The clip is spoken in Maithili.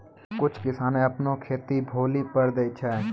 कुछ किसाने अपनो खेतो भौली पर दै छै